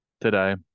today